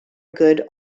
good